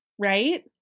right